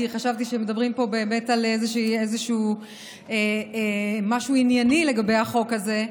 כי חשבתי שמדברים פה באמת על איזשהו משהו ענייני לגבי החוק הזה.